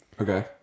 Okay